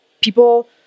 people